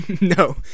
No